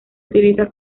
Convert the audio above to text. utiliza